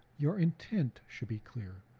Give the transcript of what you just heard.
your intent should be clear.